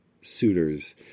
suitors